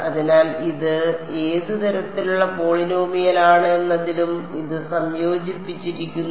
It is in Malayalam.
അതിനാൽ ഇത് ഏത് തരത്തിലുള്ള പോളിനോമിയലാണ് എന്നതിലും ഇത് സംയോജിപ്പിച്ചിരിക്കുന്നു